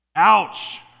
Ouch